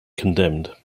condemned